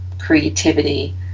creativity